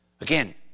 Again